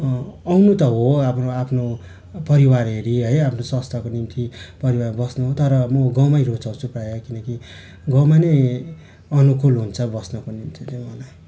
आउनु त हो आफ्नो आफ्नो परिवार हेरी है आफ्नो स्वस्थको निम्ति परिवार बस्नु तर म गाउँमै रुचाउँछु प्रायः किनकि गाउँमा नै अनुकूल हुन्छ बस्नुको निम्ति तैँ मलाई